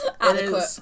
Adequate